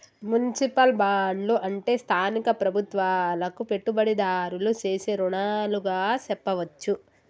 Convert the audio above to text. municipal బాండ్లు అంటే స్థానిక ప్రభుత్వాలకు పెట్టుబడిదారులు సేసే రుణాలుగా సెప్పవచ్చు